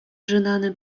rzynane